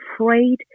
afraid